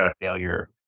failure